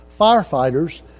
firefighters